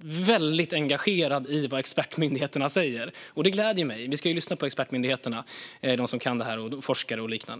väldigt engagerad i vad expertmyndigheterna säger. Det gläder mig, för vi ska ju lyssna på dem som kan det här, som expertmyndigheter, forskare och liknande.